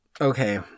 Okay